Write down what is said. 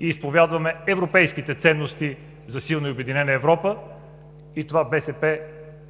и изповядваме европейските ценности за силна и обединена Европа. Това БСП